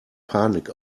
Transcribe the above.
panik